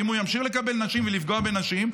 ואם הוא ימשיך לקבל נשים ולפגוע בנשים,